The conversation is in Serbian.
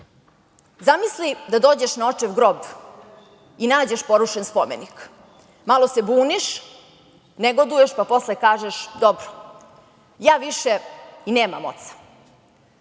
Zamisli da dođeš na očev grob i nađeš porušen spomenik, malo se buniš, negoduješ, pa posle kažeš – dobro, ja više i nemam oca.